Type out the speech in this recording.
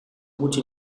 gutxi